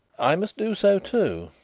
i must do so too,